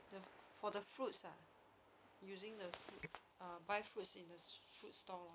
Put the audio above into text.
the for the fruits ah using the fruit err buy fruits in a food stall